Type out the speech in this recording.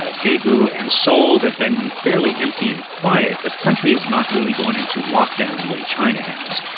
ah daegu and seoul have been fairly empty and quiet, but the country is not really going into lockdown the way china has.